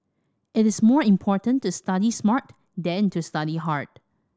it is more important to study smart than to study hard